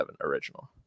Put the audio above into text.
original